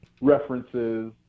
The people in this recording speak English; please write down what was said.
references